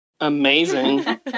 Amazing